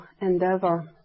endeavor